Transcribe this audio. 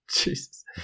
jesus